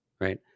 right